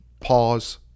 Pause